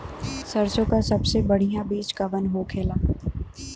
सरसों का सबसे बढ़ियां बीज कवन होखेला?